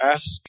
Ask